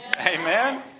Amen